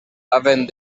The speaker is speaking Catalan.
havent